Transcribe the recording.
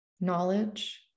knowledge